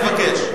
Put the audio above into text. תבקש.